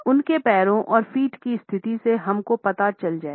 उनके पैरों और फ़ीट की स्थिति से हम को पता चल जायेगा